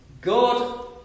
God